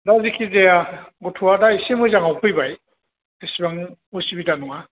दा जेखिजाया गथ'आ दा एसे मोजाङाव फैबाय इसेबां उसुबिदा नङा